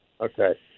Okay